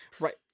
Right